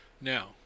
Now